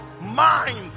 mind